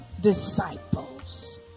disciples